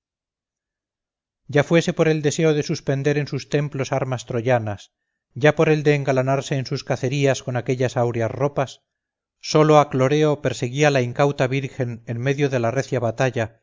ya fuese por el deseo de suspender en sus templos armas troyanas ya por el de engalanarse en sus cacerías con aquellas áureas ropas sólo a cloreo perseguía la incauta virgen en medio de la recia batalla